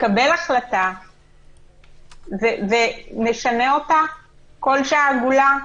תתקבל החלטה ונשנה אותה כל שעה עגולה,